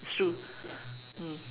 it's true mm